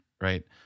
Right